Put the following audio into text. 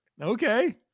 Okay